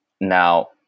Now